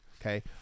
okay